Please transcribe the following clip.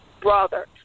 brother